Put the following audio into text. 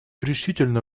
решительно